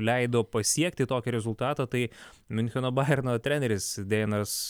leido pasiekti tokį rezultatą tai miuncheno bajerno treneris deinas